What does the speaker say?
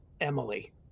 Emily